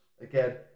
again